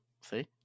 See